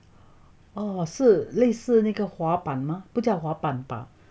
oh 是类似那个滑板吗不叫滑板吧